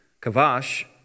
Kavash